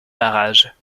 barrages